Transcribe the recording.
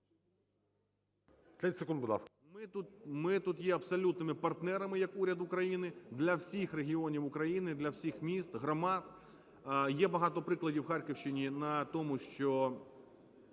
Ми тут є абсолютними партнерами як уряд України для всіх регіонів України, для всіх міст, громад. Є багато прикладів на Харківщині на тому, що